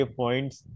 points